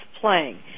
playing